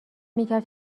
میکرد